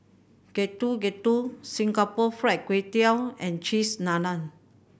Getuk Getuk Singapore Fried Kway Tiao and Cheese Naan